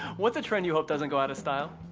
what's a trend you hope doesn't go out of style?